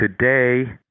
today